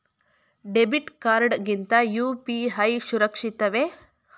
Debit card ಗಿಂತ UPI ಸುರಕ್ಷಿತವೇ?